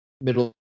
middle